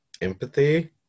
empathy